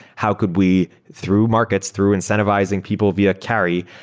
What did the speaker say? how could we through markets, through incentivizing people via carry.